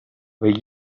the